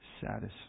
satisfied